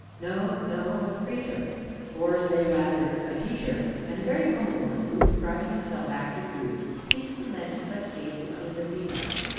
no, no a preacher or say rather a teacher, and a very humble one, who, striving himself after truth, seeks to lend such aid to others as he may.